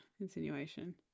insinuation